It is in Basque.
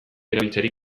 erabiltzerik